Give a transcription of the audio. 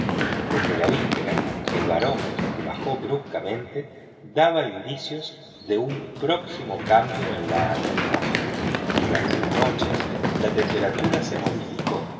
desde la víspera el barómetro que bajó bruscamente daba indicios de un próximo cambio en la atmósfera durante la noche la temperatura se modificó